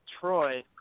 Troy